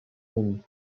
rémy